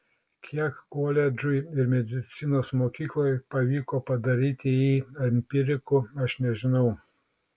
kiek koledžui ir medicinos mokyklai pavyko padaryti jį empiriku aš nežinau